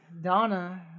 Donna